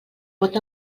pot